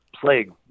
plague